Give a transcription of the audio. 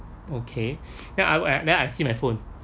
okay then I'll ad~ I see my phone